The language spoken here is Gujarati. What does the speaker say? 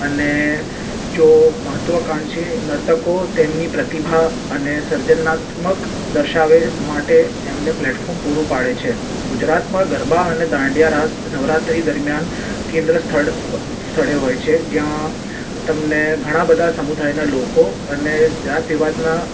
અને જો મહાત્ત્વાકાંક્ષી નર્તકો તેમની પ્રતિભા અને સર્જનાત્મક દર્શાવે માટે એમને પ્લેટફોર્મ પૂરું પાડે છે ગુજરાતમાં ગરબા અને દાંડિયારાસ નવરાત્રિ દરમિયાન કેન્દ્ર સ્થળ સ્થળે હોય છે જ્યાં તમને ઘણા બધા સમુદાયનાં લોકો અને જાતિવાદના